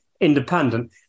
independent